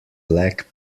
black